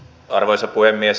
arvoisa puhemies